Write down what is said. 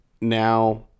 now